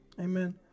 Amen